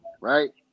right